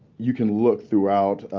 you can look throughout.